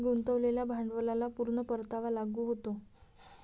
गुंतवलेल्या भांडवलाला पूर्ण परतावा लागू होतो